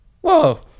Whoa